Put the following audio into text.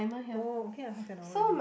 oh okay ah half and hour already